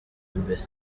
imbere